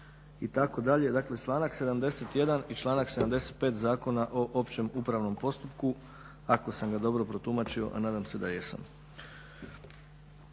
itd. Dakle, članak 71. i članak 75. Zakona o općem upravnom postupku ako sam ga dobro protumačio, a nadam se da jesam.